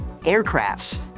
aircrafts